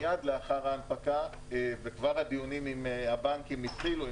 מייד לאחר ההנפקה וכבר הדיונים עם הבנקים התחילו,